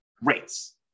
rates